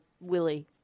willy